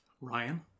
Ryan